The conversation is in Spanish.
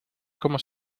cómo